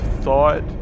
thought